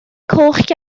coch